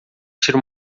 tira